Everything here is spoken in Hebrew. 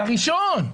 לראשון.